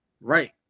Right